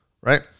Right